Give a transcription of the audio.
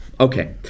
Okay